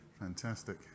Fantastic